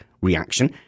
reaction